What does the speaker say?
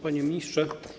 Panie Ministrze!